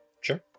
sure